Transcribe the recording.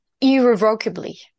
irrevocably